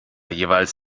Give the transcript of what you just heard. jeweils